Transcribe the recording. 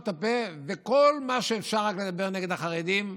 וכל מה שאפשר רק לדבר נגד החרדים.